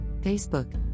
Facebook